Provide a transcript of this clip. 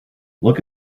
look